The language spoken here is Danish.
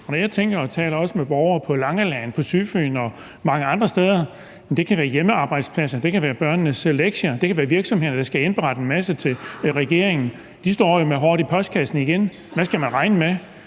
jeg taler med borgere på Langeland, på Sydfyn og mange andre steder, kan det dreje sig om hjemmearbejdspladser, børnenes lektier eller virksomheder, der skal indberette en masse til regeringen. De står jo med håret i postkassen igen, og hvad skal man regne med?